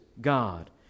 God